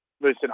Listen